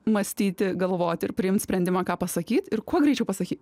mąstyti galvoti ir priimt sprendimą ką pasakyt ir kuo greičiau pasakyt